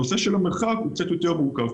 הנושא של המרחק הוא קצת יותר מורכב,